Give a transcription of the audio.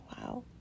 Wow